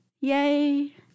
Yay